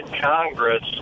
Congress